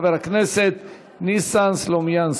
חבר הכנסת ניסן סלומינסקי.